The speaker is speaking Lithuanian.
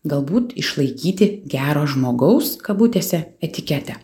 galbūt išlaikyti gero žmogaus kabutėse etiketę